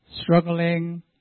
struggling